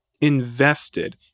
invested